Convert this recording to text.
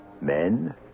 Men